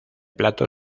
plato